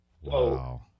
Wow